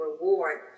reward